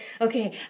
okay